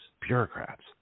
Bureaucrats